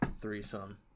threesome